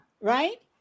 right